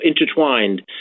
intertwined